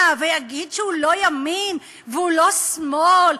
ויגיד שהוא לא ימין והוא לא שמאל,